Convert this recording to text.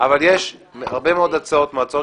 אבל יש הרבה מאוד הצעות - כמו ההצעות